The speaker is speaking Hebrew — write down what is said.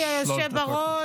אדוני היושב-ראש,